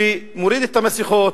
שמוריד את המסכות,